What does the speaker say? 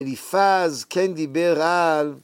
א‫ליפז כן דיבר על...